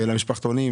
למשפחתונים,